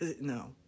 no